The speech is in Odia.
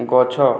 ଗଛ